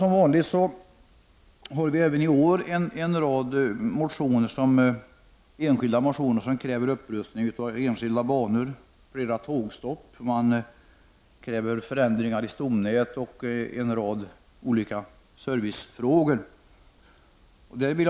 Som vanligt har det även i år väckts en rad enskilda motioner i vilka det krävs upprustning av enskilda banor, flera tågstopp och föränd ringar i stomnätet. Även en rad servicefrågor tas upp.